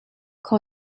kho